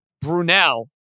Brunel